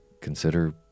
consider